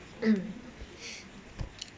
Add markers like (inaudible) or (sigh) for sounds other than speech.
mm (noise)